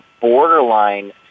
borderline